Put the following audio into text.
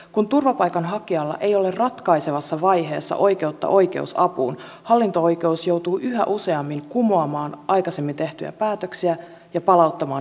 kun turvapaikanhakijalla ei ole ratkaisevassa vaiheessa oikeutta oikeusapuun hallinto oikeus joutuu yhä useammin kumoamaan aikaisemmin tehtyjä päätöksiä ja palauttamaan niitä uudelleen käsittelyyn